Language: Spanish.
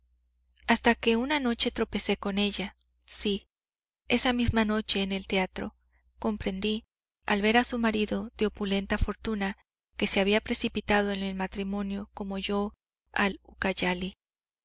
hasta que una noche tropecé con ella sí esa misma noche en el teatro comprendí al ver a su marido de opulenta fortuna que se había precipitado en el matrimonio como yo al